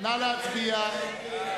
נא להצביע.